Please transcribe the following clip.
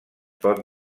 pot